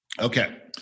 Okay